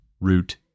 root